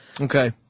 Okay